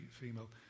female